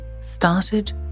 started